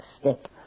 step